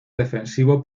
defensivo